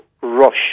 rush